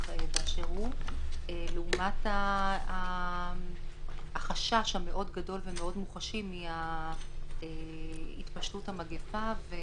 באשר הוא לעומת החשש המאוד גדול והמאוד מוחשי מהתפשטות המגפה.